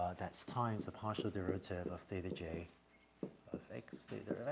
that's times the partial derivative of theta j of x theta